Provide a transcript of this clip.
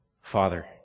Father